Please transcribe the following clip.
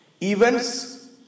Events